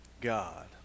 God